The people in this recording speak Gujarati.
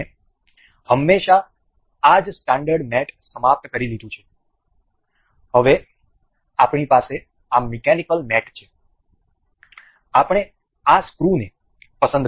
આપણે હમણાં જ આ સ્ટાન્ડર્ડ મેટ સમાપ્ત કરી લીધું છે હવે આપણી પાસે આ મિકેનિકલ મેટ છે આપણે આ સ્ક્રુને પસંદ કરીશું